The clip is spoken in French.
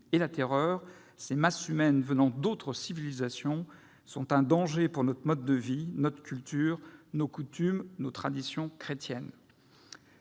et la terreur. Ces masses humaines, venant d'autres civilisations, sont un danger pour notre mode de vie, notre culture, nos coutumes, nos traditions chrétiennes.